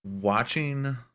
watching